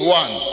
one